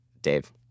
Dave